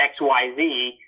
XYZ